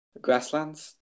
grasslands